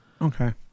Okay